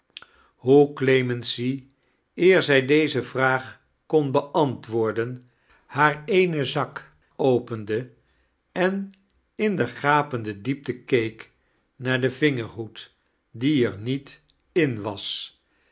hoe clemency eer zij deze vraag kon beantwoorden haar eenen zak opende en in de gapende diepte keek naar den vingerhoed die er niet in was